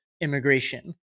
immigration